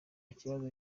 kibazo